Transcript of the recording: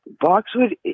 boxwood